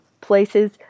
places